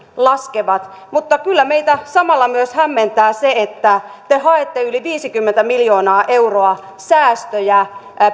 laskevat mutta kyllä meitä samalla myös hämmentää se että te haette yli viisikymmentä miljoonaa euroa säästöjä